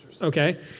Okay